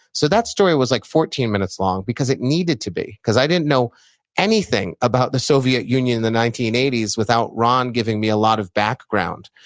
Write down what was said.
so that story was like fourteen minutes long because it needed to be, because i didn't know anything about the soviet union in the nineteen eighty s without ron giving me a lot of background.